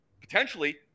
potentially